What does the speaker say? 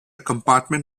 compartment